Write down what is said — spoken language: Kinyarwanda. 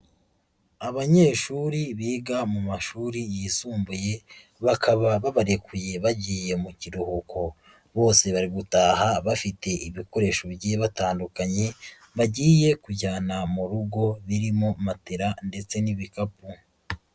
Abanyeshuri biga mu mashuri yisumbuye, bakaba babarekuye bagiye mu kiruhuko, bose bari gutaha bafite ibikoresho bigiye batandukanye bagiye kujyana mu rugo birimo matela ndetse n'ibikapu.